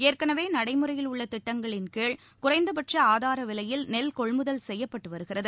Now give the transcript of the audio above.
ஏற்கனவே நடைமுறையில் உள்ள திட்டங்களின் கீழ் குறைந்தபட்ச ஆதார விலையில் நெல் கொள்முதல் செய்யப்பட்டு வருகிறது